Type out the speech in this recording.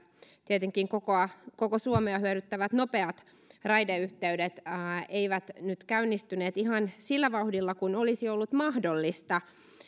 tietenkin koko suomea hyödyttävät nopeat raideyhteydet eivät nyt käynnistyneet ihan sillä vauhdilla kuin olisi ollut mahdollista